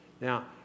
Now